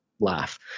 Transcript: Laugh